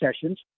sessions